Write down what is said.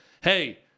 Hey